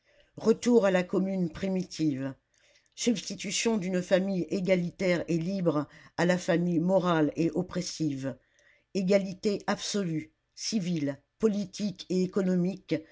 retour à la commune primitive substitution d'une famille égalitaire et libre à la famille morale et oppressive égalité absolue civile politique et économique